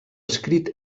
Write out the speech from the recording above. escrit